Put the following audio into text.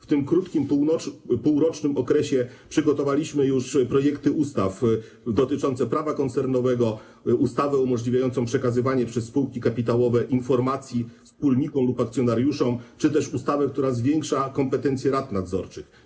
W tym krótkim, półrocznym okresie przygotowaliśmy już projekty ustaw dotyczące prawa koncernowego, ustawę umożliwiającą przekazywanie przez spółki kapitałowe informacji wspólnikom lub akcjonariuszom czy też ustawę, która zwiększa kompetencje rad nadzorczych.